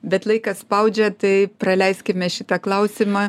bet laikas spaudžia tai praleiskime šitą klausimą